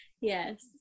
Yes